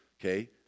Okay